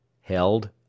held